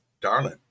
darling